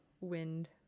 wind